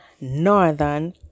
Northern